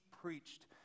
preached